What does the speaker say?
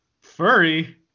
Furry